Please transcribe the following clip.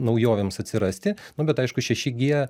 naujovėms atsirasti nu bet aišku šeši gie